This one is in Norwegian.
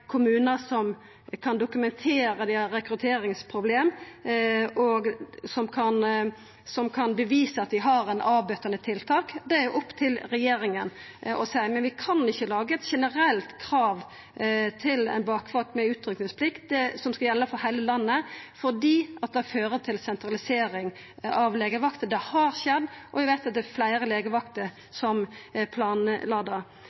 som kan dokumentera at dei har rekrutteringsproblem, og som kan bevisa at dei har avbøtande tiltak. Det er opp til regjeringa å seia noko om det. Men vi kan ikkje laga eit generelt krav til ei bakvakt med utrykkingsplikt som skal gjelda for heile landet, fordi det fører til sentralisering av legevakter. Det har skjedd, og eg veit det er fleire legevakter